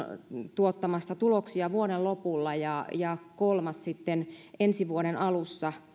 tuottamassa tuloksia vuoden lopulla ja ja kolmas sitten ensi vuoden alussa